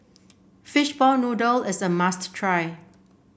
Fishball Noodle is a must try